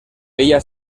ella